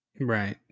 Right